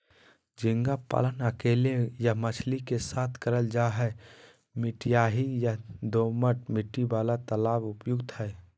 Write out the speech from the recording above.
झींगा पालन अकेले या मछली के साथ करल जा हई, मटियाही या दोमट मिट्टी वाला तालाब उपयुक्त हई